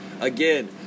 Again